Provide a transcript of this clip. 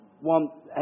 Want